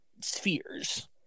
spheres